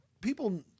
people